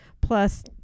Plus